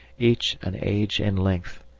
each an age in length,